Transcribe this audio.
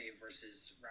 versus